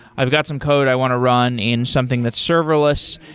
i've got some code i want to run in something that's serverless,